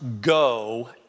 go